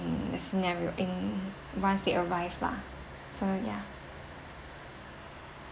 in the scenario in once they arrive lah so ya